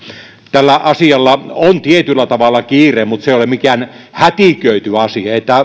tällä asialla on tietyllä tavalla kiire mutta se ei ole mikään hätiköity asia ei tätä